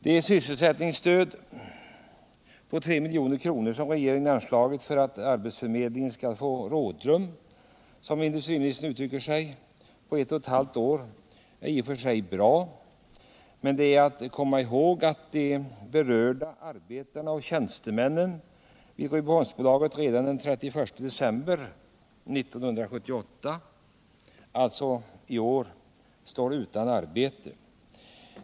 Det sysselsättningsstöd på 3 milj.kr. som regeringen föreslagit för att arbetsförmedlingen skall få ett rådrum — som industriministern uttrycker det — på ett och ett halvt år är i och för sig bra. Men det är att komma ihåg att de berörda arbetarna och tjänstemännen vid Rydboholms AB redan den 31 december i år står utan arbete.